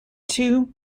two